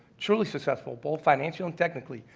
truly successful, both financial and technically,